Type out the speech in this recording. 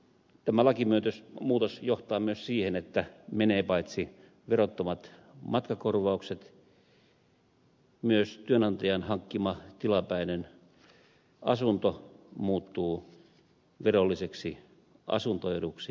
tämä lakimuutos johtaa myös siihen että paitsi että menevät verottomat matkakorvaukset myös työnantajan hankkima tilapäinen asunto muuttuu verolliseksi asuntoeduksi